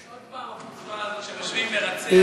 עוד פעם החוצפה הזאת שמשווים מרצח,